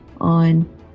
on